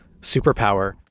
superpower